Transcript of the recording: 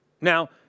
Now